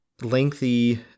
Lengthy